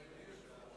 מאיר שטרית,